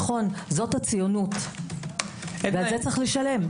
נכון, זו הציונות ועל כך יש לשלם.